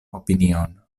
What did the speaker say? opinion